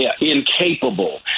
incapable